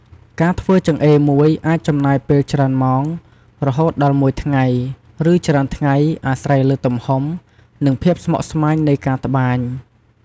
ការធ្វើចង្អេរមួយ អាចចំណាយពេលច្រើនម៉ោង រហូតដល់មួយថ្ងៃ ឬច្រើនថ្ងៃ អាស្រ័យលើទំហំ និងភាពស្មុគស្មាញនៃការត្បាញ។